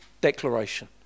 declaration